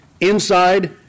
inside